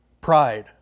Pride